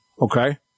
Okay